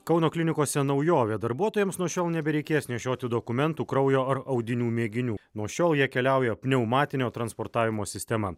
kauno klinikose naujovė darbuotojams nuo šiol nebereikės nešioti dokumentų kraujo ar audinių mėginių nuo šiol jie keliauja pneumatinio transportavimo sistema